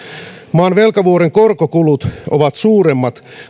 maan velkavuoren korkokulut ovat suuremmat